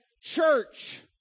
church